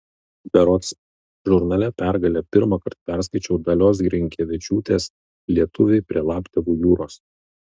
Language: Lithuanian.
berods žurnale pergalė pirmąkart perskaičiau dalios grinkevičiūtės lietuviai prie laptevų jūros